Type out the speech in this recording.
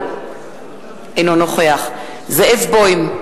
אינו נוכח אלי אפללו, אינו נוכח זאב בוים,